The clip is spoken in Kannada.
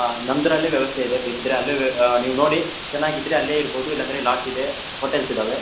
ನಮ್ದರಲ್ಲಿ ವ್ಯವಸ್ಥೆ ಇದೆ ಬೇಕಿದ್ದರೆ ಅಲ್ಲೇ ವ್ಯ ನೀವು ನೋಡಿ ಚೆನ್ನಾಗಿದ್ರೆ ಅಲ್ಲೆ ಇರ್ಬೋದು ಇಲ್ಲ ಅಂದರೆ ಲಾಡ್ಜ್ ಇದೆ ಹೋಟೆಲ್ಸ್ ಇದಾವೆ